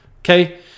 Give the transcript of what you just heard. Okay